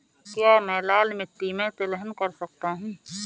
क्या मैं लाल मिट्टी में तिलहन कर सकता हूँ?